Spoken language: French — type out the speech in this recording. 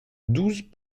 douze